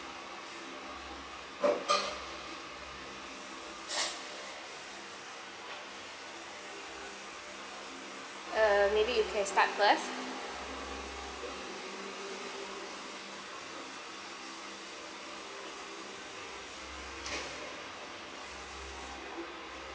err maybe you can start first